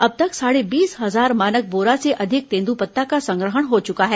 अब तक साढ़े बीस हजार मानक बोरा से अधिक तेन्दूपत्ता का संग्रहण हो चुका है